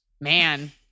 Man